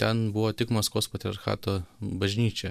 ten buvo tik maskvos patriarchato bažnyčia